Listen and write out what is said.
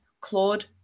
Claude